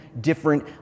different